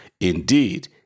Indeed